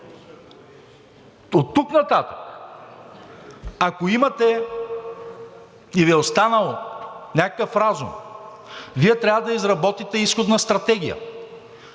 Оттук нататък, ако имате и Ви е останал някакъв разум, Вие трябва изработите изходна стратегия